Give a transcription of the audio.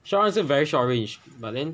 shotgun 是 very short range but then